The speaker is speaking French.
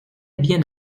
bien